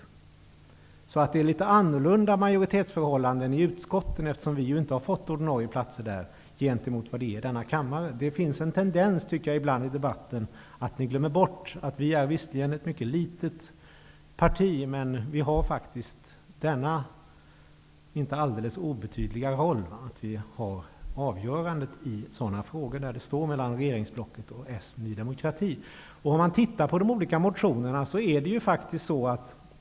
Det är litet annorlunda majoritetsförhållanden i utskotten gentemot kammaren, eftersom Vänsterpartiet inte har fått några ordinarie platser i utskotten. Det finns ibland en tendens i debatten att ni glömmer bort att Vänsterpartiet är visserligen ett litet parti men att vi faktiskt spelar en inte alls obetydlig roll. Vi har avgörandet i sådana frågor där det står mellan regeringsblocket och Jag återvänder litet till frågan om vänster-- högerskalan.